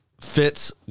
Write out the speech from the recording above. fits